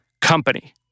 company